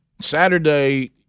Saturday